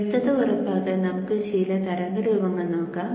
വ്യക്തത ഉറപ്പാക്കാൻ നമുക്ക് ചില തരംഗ രൂപങ്ങൾ നോക്കാം